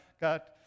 got